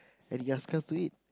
and he ask us to eat